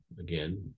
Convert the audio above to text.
again